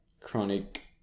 chronic